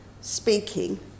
speaking